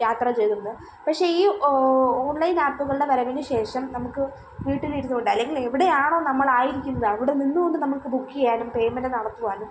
യാത്ര ചെയ്തിരുന്നത് പക്ഷെ ഈ ഓൺലൈൻ ആപ്പുകളുടെ വരവിന് ശേഷം നമുക്ക് വീട്ടിലിരുന്നുകൊണ്ട് അല്ലെങ്കിൽ എവിടെയാണോ നമ്മളായിരിക്കുന്നത് അവിടെ നിന്നു കൊണ്ട് നമുക്ക് ബുക്ക് ചെയ്യാനും പേയ്മെൻ്റ് നടത്തുവാനും